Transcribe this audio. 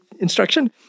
instruction